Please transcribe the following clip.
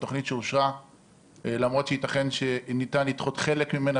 זאת תוכנית שאושרה למרות שייתכן שניתן לדחות חלק ממנה